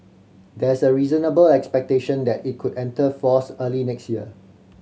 there's a reasonable expectation that it could enter force early next year